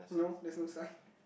no there's no sign